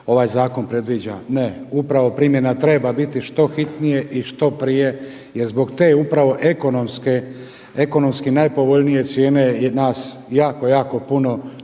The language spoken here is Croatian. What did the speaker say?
ovaj zakon predviđa. Ne, upravo primjena treba biti što hitnije i što prije jer zbog te upravo ekonomski najpovoljnije cijene i nas jako, jako puno